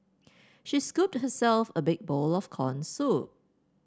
she scooped herself a big bowl of corn soup